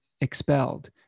expelled